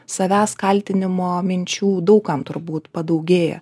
savęs kaltinimo minčių daug kam turbūt padaugėja